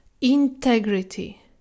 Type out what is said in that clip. Integrity